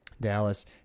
Dallas